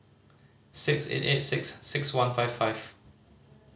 six eight eight six six one five five